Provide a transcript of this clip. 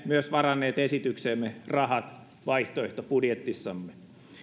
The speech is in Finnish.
myös varanneet esitykseemme rahat vaihtoehtobudjetissamme